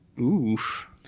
Oof